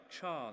chance